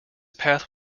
path